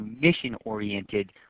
mission-oriented